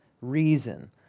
reason